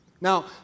Now